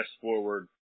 forward